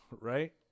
Right